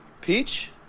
Peach